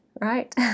right